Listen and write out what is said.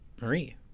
Marie